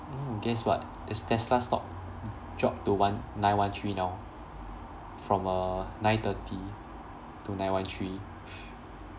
mm guess what this tesla stock dropped to one nine one three now from err nine thirty to nine one three